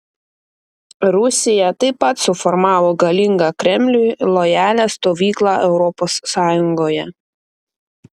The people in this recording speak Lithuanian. rusija taip pat suformavo galingą kremliui lojalią stovyklą europos sąjungoje